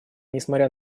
несмотря